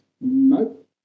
Nope